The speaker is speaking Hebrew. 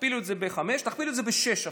תכפילו את זה בחמש, תכפילו את זה בשש אפילו.